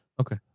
Okay